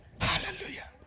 Hallelujah